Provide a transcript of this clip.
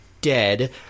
dead